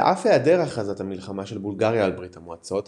על אף היעדר הכרזת מלחמה של בולגריה על ברית המועצות,